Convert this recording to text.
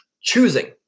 choosing